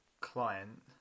client